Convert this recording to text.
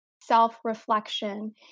self-reflection